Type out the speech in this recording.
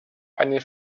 eine